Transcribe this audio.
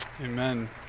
Amen